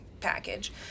package